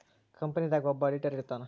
company ದಾಗ ಒಬ್ಬ auditor ಇರ್ತಾನ